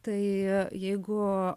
tai jeigu